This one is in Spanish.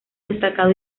destacado